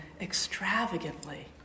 extravagantly